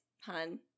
hun